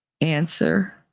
answer